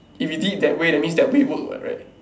if you did it that way that means that it work what right